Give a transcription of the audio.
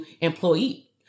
employee